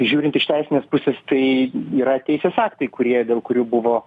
žiūrint iš teisinės pusės tai yra teisės aktai kurie dėl kurių buvo